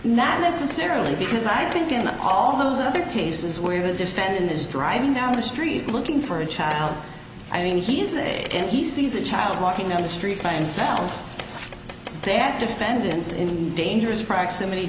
not necessarily because i think in all those other cases where the defendant is driving down the street looking for a child i mean he isn't and he sees a child walking down the street playing self to act defendants in dangerous proximity